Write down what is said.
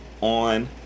on